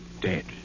dead